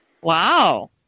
Wow